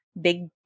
big